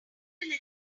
little